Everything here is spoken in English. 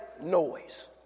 noise